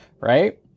right